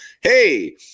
hey